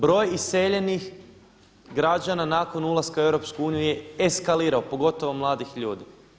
Broj iseljenih građana nakon ulaska u EU je eskalirao pogotovo mladih ljudi.